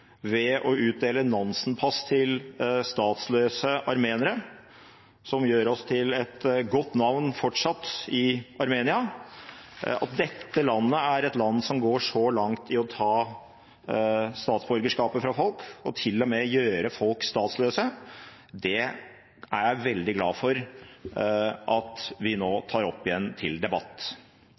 ved å utdele Nansen-pass til statsløse armenere, som fortsatt gjør oss til et godt navn i Armenia, er det landet som går så langt i å ta statsborgerskapet fra folk og til og med i å gjøre folk statsløse, er jeg veldig glad for at vi nå tar opp igjen til debatt.